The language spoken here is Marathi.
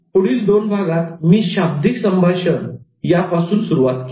पुढील दोन भागात मी 'शाब्दिक संभाषण' संप्रेषण यापासून सुरुवात केली